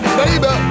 baby